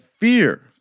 fear